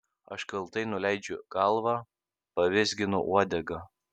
aš kaltai nuleidžiu galvą pavizginu uodegą